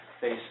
face